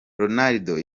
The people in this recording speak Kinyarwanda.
ronaldo